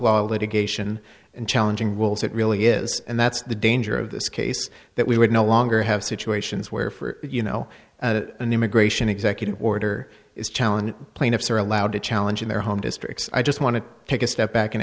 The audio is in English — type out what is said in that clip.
law litigation and challenging rules it really is and that's the danger of this case that we would no longer have situations where for you know an immigration executive order is challenging plaintiffs are allowed to challenge in their home districts i just want to take a step back and